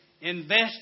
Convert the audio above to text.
invest